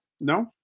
no